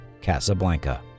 Casablanca